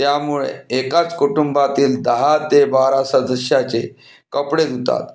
त्यामुळे एकाच कुटुंबातील दहा ते बारा सदस्याचे कपडे धुतात